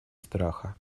страха